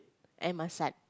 and my son